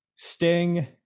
Sting